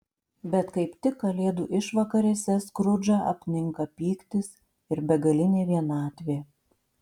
bet kaip tik kalėdų išvakarėse skrudžą apninka pyktis ir begalinė vienatvė